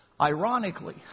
Ironically